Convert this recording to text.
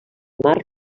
mart